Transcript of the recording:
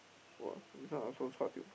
!wah! this one also chua tio